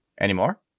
anymore